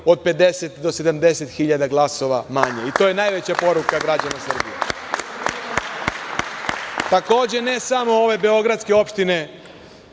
od 50 do 70.000 glasova manje. To je najveća poruka građana Srbije. Takođe, ne samo ove beogradske opštine.